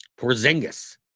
Porzingis